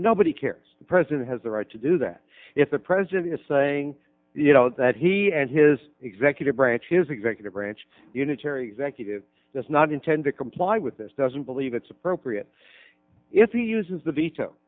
nobody cares the president has the right to do that if the president is saying that he and his executive branch his executive branch unitary executive does not intend to comply with this doesn't believe it's appropriate if he uses the veto